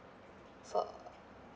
so